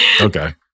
Okay